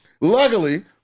luckily